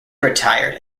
retired